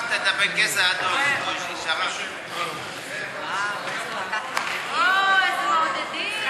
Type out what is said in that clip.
שכחת את הפנקס האדום, אוווו, איזה מעודדים.